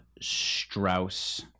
Strauss